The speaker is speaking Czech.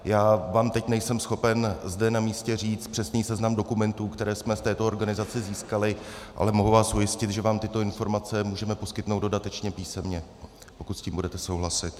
Já vám teď nejsem schopen zde na místě říct přesný seznam dokumentů, které jsme v této organizaci získali, ale mohu vás ujistit, že vám tyto informace můžeme poskytnout dodatečně písemně, pokud s tím budete souhlasit.